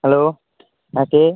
hello হ্যাঁ কে